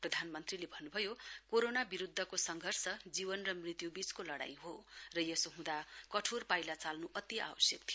प्रधानमन्त्रीले भन्नभयो कोरोना विरुध्दको संघर्ष जीवन र मृत्युवीचको लड़ाई हो र यसो हुँदा कठोर पाइला चाल्नु अति आवश्यक थियो